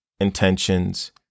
intentions